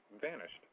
vanished